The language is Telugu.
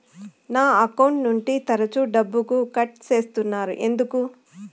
నా అకౌంట్ నుండి తరచు డబ్బుకు కట్ సేస్తున్నారు ఎందుకు